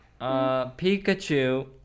Pikachu